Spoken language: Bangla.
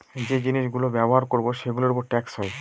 যে জিনিস গুলো ব্যবহার করবো সেগুলোর উপর ট্যাক্স হয়